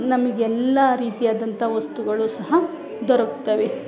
ನಮಗೆಲ್ಲಾ ರೀತಿಯಾದಂಥ ವಸ್ತುಗಳು ಸಹ ದೊರಕ್ತವೆ